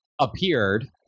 appeared